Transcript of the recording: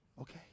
Okay